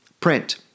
print